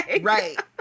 Right